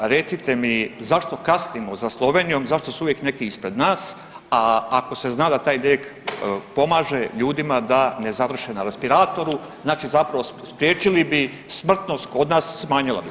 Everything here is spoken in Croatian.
Recite mi zašto kasnimo za Slovenijom, zašto su uvijek neki ispred nas, a ako se zna da taj lijek pomaže ljudima da ne završe na respiratoru znači zapravo spriječili bi smrtnost kod nas smanjila bi se?